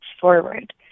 forward